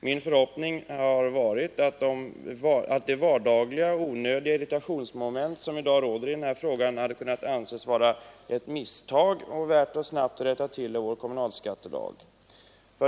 Min förhoppning har varit att det vardagliga onödiga irritationsmoment som nu finns i den här frågan skulle ha kunnat anses bero på ett misstag och vara värt att snabbt rättas till i vår kommunalskattelag.